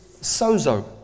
sozo